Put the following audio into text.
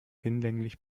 hinlänglich